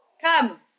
Come